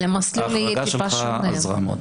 אבל המסלול יהיה טיפה שונה.